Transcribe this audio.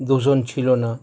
দূষণ ছিল না